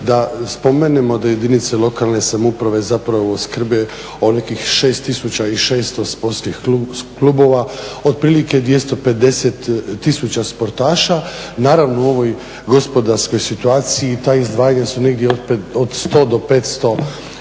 da spomenemo da jedinice lokalne samouprave zapravo skrbe o nekih 6600 sportskih klubova, otprilike 250 tisuća sportaša naravno u ovoj gospodarskoj situaciji, ta izdvajanja su negdje od 100 do 500 kuna